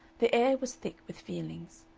the air was thick with feelings.